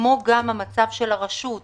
וכן גם מצב הרשות המדוברת,